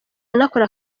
anakora